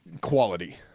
Quality